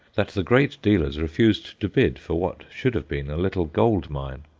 that the great dealers refused to bid for what should have been a little gold-mine.